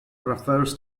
refers